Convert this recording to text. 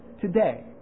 today